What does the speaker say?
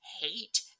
hate